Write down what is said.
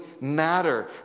matter